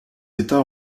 états